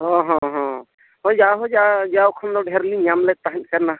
ᱦᱮᱸ ᱦᱮᱸ ᱦᱮᱸ ᱦᱳᱭ ᱡᱟᱣ ᱦᱳᱭ ᱡᱟᱣ ᱠᱷᱚᱱ ᱫᱚ ᱧᱟᱢ ᱞᱮᱫ ᱛᱟᱦᱮᱸ ᱠᱟᱱᱟ